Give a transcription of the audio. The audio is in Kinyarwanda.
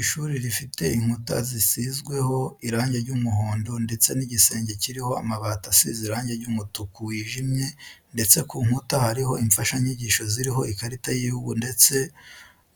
Ishuri rifite inkuta zisizweho irange ry'umuhondo ndetse n'igisenge kiriho amabati asize irange ry'umutuku wijimye ndetse ku nkuta hariho imfashanyigisho ziriho ikarita y'igihugu ndetse